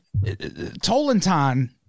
Tolentan